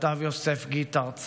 כתב יוסף גיטהרץ